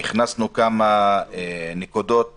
והכנסנו כמה נקודות